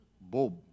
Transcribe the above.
Bob